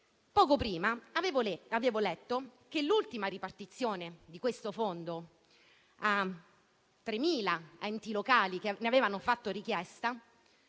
Poco prima avevo letto che l'ultima ripartizione di questo fondo a 3.000 enti locali che ne avevano fatto richiesta